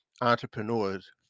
entrepreneurs